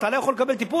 אתה לא יכול לקבל טיפול,